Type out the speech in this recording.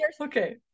Okay